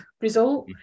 result